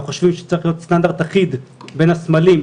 אנחנו חושבים שצריך להיות סטנדרט אחיד בין הסמלים,